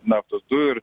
naftos dujų ir